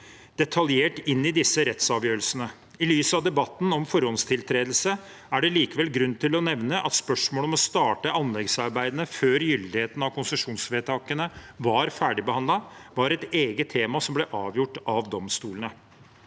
detaljert inn i disse rettsavgjørelsene. I lys av debatten om forhåndstiltredelse er det likevel grunn til å nevne at spørsmålet om å starte anleggsarbeidene før gyldigheten av konsesjonsvedtakene var ferdig behandlet, var et eget tema som ble avgjort av domstolene.